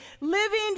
Living